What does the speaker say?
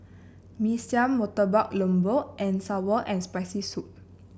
Mee Siam Murtabak Lembu and sour and Spicy Soup